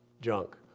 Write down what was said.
junk